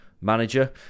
manager